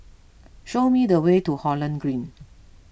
show me the way to Holland Green